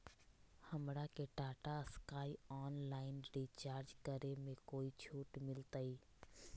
हमरा के Tata Sky online recharge करे में कोई छूट मिलतई